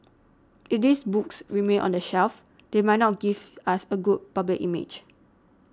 it these books remain on the shelf they might not give us a good public image